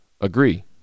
agree